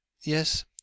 Yes